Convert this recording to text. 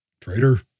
Traitor